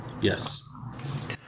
Yes